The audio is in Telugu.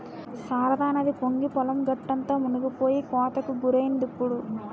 శారదానది పొంగి పొలం గట్టంతా మునిపోయి కోతకి గురైందిప్పుడు